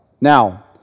Now